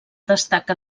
destaca